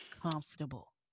Comfortable